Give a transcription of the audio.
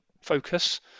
focus